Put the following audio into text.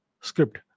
script